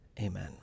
Amen